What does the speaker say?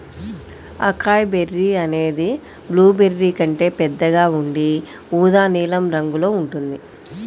acai berry అనేది blueberry కంటే పెద్దగా ఉండి ఊదా నీలం రంగులో ఉంటుంది